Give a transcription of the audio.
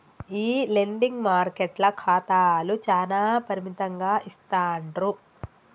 ఈ లెండింగ్ మార్కెట్ల ఖాతాలు చానా పరిమితంగా ఇస్తాండ్రు